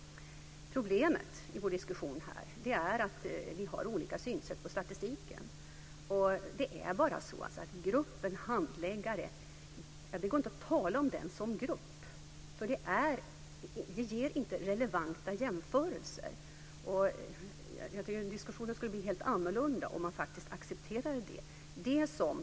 Problemet i vår diskussion här är att vi har olika synsätt på statistiken. Det går inte att tala om handläggarna som en grupp. Det ger inte relevanta jämförelser. Diskussionen skulle bli helt annorlunda om vi accepterade det.